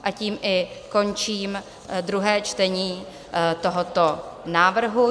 A tím i končím druhé čtení tohoto návrhu.